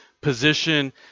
position